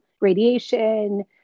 radiation